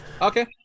Okay